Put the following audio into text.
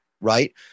right